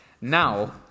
Now